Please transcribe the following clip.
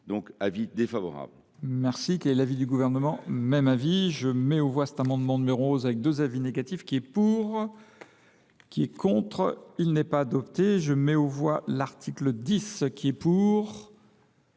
un avis défavorable